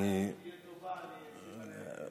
אם היא תהיה טובה, אני אשים עליה את ידיי.